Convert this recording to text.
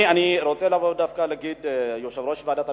אני רוצה להגיד שיושב-ראש ועדת הביקורת,